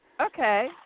Okay